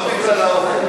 לא בגלל האוכל.